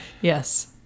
Yes